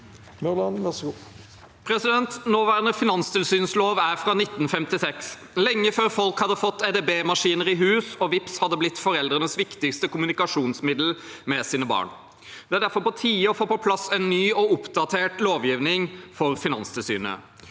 (ordfører for sa- ken): Nåværende finanstilsynslov er fra 1956 – lenge før folk hadde fått edb-maskiner i hus og Vipps hadde blitt foreldres viktigste kommunikasjonsmiddel med sine barn. Det er derfor på tide å få på plass en ny og oppdatert lovgivning for Finanstilsynet.